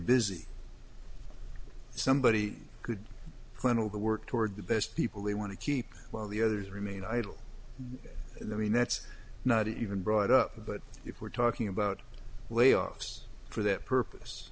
busy somebody could plan to work toward the best people they want to keep while the others remain idle in the mean that's not even brought up but if we're talking about layoffs for that purpose